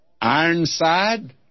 Ironside